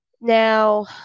now